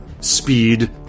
speed